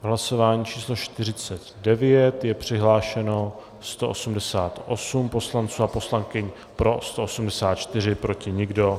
V hlasování číslo 49 je přihlášeno 188 poslanců a poslankyň, pro 184, proti nikdo.